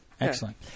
Excellent